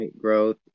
growth